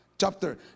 chapter